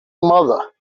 mother